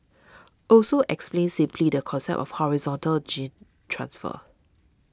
also explained simply the concept of horizontal gene transfer